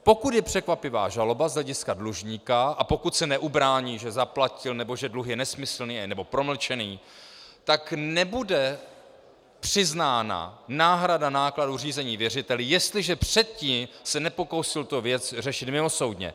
Pokud je překvapivá žaloba z hlediska dlužníka a pokud se neubrání, že zaplatil nebo že dluh je nesmyslný nebo promlčený, tak nebude přiznána náhrada nákladů řízení věřiteli, jestliže se předtím nepokusil tu věc řešit mimosoudně.